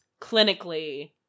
clinically